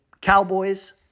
Cowboys